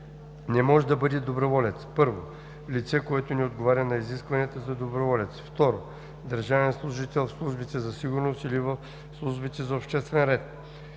Не може да бъде доброволец: 1. лице, което не отговаря на изискванията за доброволец; 2. държавен служител в службите за сигурност или в службите за обществен ред.